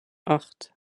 acht